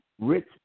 rich